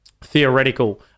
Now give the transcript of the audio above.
theoretical